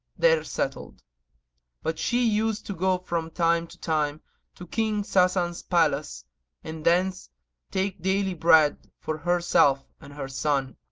there settled but she used to go from time to time to king sasan's palace and thence take daily bread for herself and her son.